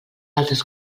altres